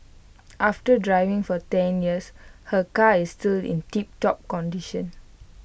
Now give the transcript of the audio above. after driving for ten years her car is still in tiptop condition